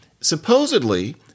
Supposedly